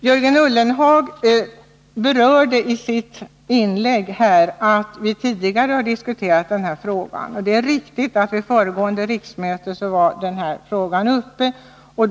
Jörgen Ullenhag sade i sitt inlägg häratt vi tidigare har diskuterat den här frågan. Det är riktigt att frågan behandlades föregående år.